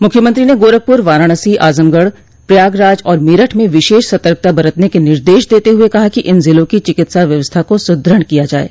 मुख्यमंत्री ने गोरखपुर वाराणसी आजमगढ़ प्रयागराज और मेरठ में विशेष सतर्कता बरतने के निर्देश देते हुए कहा कि इन जिलों की चिकित्सा व्यवस्था को सुदृढ़ किया जाये